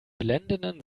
blendenden